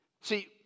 See